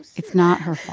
it's not her